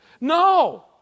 No